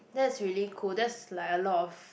that's really cool that's like a lot of